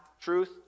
truth